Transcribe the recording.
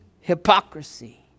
hypocrisy